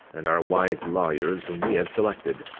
and our wise lawyers whom we have selected.